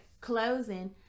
closing